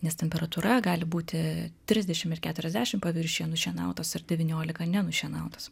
nes temperatūra gali būti trisdešim ir keturiasdešim paviršiuje nušienautos ir devyniolika nenušienautos